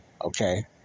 Okay